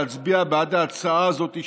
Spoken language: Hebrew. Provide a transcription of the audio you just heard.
להצביע בעד ההצעה הזאת,